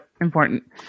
important